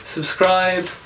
Subscribe